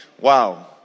Wow